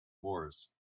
moors